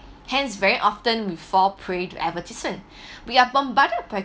hence very often we fall prey to advertisement we are bombarded by